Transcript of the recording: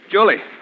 Julie